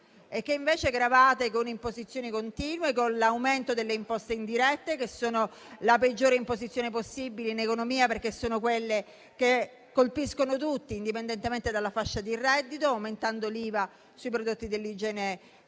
e che invece gravate con imposizioni continue e con l'aumento delle imposte indirette, che sono la peggiore imposizione possibile in economia, perché sono quelle che colpiscono tutti, indipendentemente dalla fascia di reddito. E lo fate aumentando l'IVA sui prodotti dell'igiene